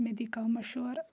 مےٚ دی کَم مشہوٗر